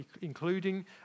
including